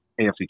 AFC